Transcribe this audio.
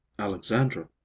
Alexandra